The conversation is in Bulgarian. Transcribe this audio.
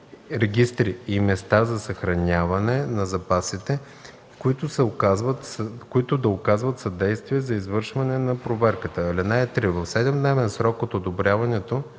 регистри и места за съхраняване на запасите, които да оказват съдействие за извършване на проверката. (3) В 7-дневен срок от обявяването